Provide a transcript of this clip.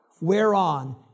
whereon